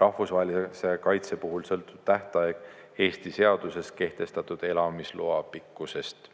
Rahvusvahelise kaitse puhul sõltub tähtaeg Eesti seaduses kehtestatud elamisloa pikkusest.